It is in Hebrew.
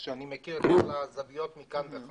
אני מכיר את הנושא מכאן ומכאן.